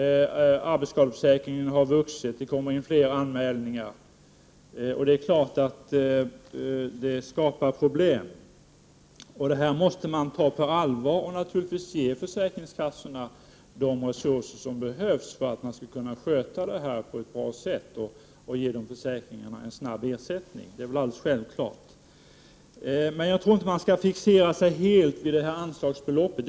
Arbetsskadeförsäkringen har vuxit — fler anmälningar kommer in —- och det skapar problem. Denna utveckling måste man ta på allvar, och man måste ge försäkringskassorna de resurser som behövs för att de skall kunna sköta sina uppgifter på ett bra sätt och snabbt utbetala ersättningar. Men jag menar att man inte helt skall fixera sig vid anslagsbeloppet.